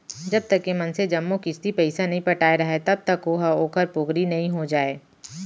जब तक के मनसे जम्मो किस्ती पइसा नइ पटाय राहय तब तक ओहा ओखर पोगरी नइ हो जाय